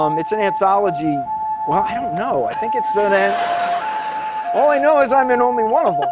um it's an anthology well, i don't know. i think it's so an and all i know is i'm in only in one of them,